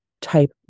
type